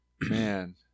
Man